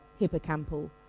hippocampal